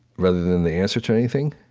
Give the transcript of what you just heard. rather than the answer to anything.